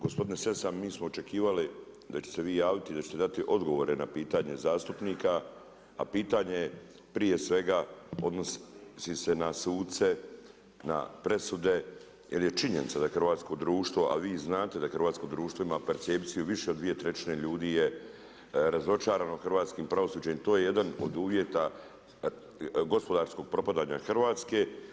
Gospodine Sessa mi smo očekivali da ćete se vi javiti, da ćete dati odgovore na pitanje zastupnika, a pitanje prije svega odnosi se na suce, na presude jer je činjenica da hrvatsko društvo, a vi znate da hrvatsko društvo ima percepciju da više od 2/3 ljudi je razočarano hrvatskim pravosuđem i to je jedan od uvjeta gospodarskog propadanja Hrvatske.